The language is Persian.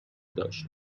داشت